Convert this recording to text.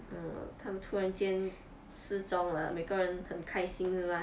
mm 他们突然间失踪了每个人很开心 lah